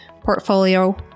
portfolio